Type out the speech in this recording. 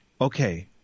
Okay